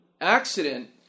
accident